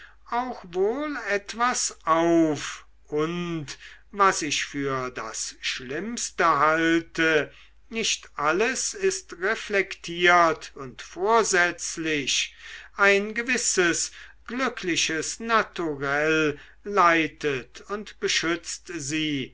auch wohl etwas auf und was ich für das schlimmste halte nicht alles ist reflektiert und vorsätzlich ein gewisses glückliches naturell leitet und beschützt sie